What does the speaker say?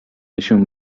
نشون